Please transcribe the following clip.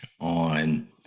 on